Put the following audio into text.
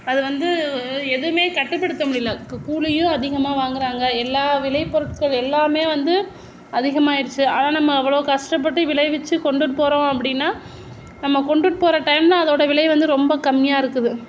அது வந்து எதுவுமே கட்டுப்படுத்த முடியல கூலியும் அதிகமாக வாங்குறாங்க எல்லா விலை பொருட்கள் எல்லாம் வந்து அதிகமாகிடுச்சி ஆனால் நம்ம அவ்வளோ கஷ்டப்பட்டு விளைவித்து கொண்டுட்டு போகிறோம் அப்படின்னா நம்ம கொண்டுட்டு போகிற டைமில் அதோட விலை வந்து ரொம்ப கம்மியாக இருக்குது